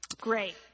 Great